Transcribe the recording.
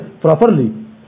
properly